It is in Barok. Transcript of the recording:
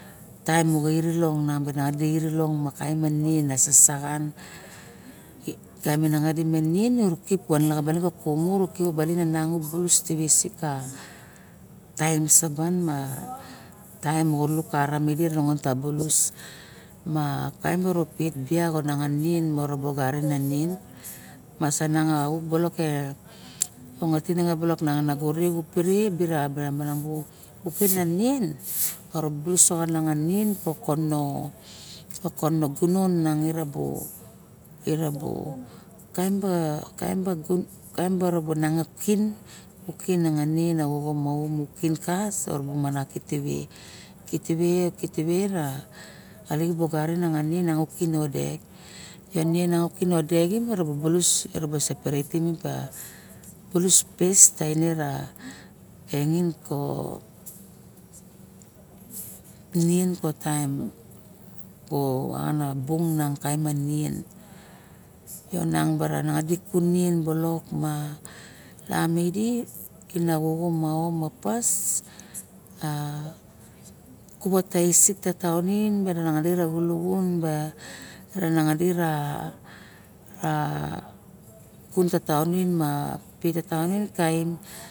Taem moxo iri long nang bana taem mo iri long ma sasaxan taem a nanga di ma nin ip wa n baling u kumu kip bailing miang taem sabang taem noko lura mide nongon ma u pet bea nien u pet baling masa na na re mang bara ting a nien koko ne gunon mong irabo taem baro taem baro kin u kin a oxo ma aun u kin kas miana kidi we kiti we ra urubu garin kundek yong kino dek im era ba sepereiti a bulus pes baling a engin ko nin ko na bung kaim a niem yonang bata nieng bolok lama ide kina xoxo ma pas a kuatsik ka taoni yak a xuluxun ba bara nanga di a kunka a pika toanim a kaim.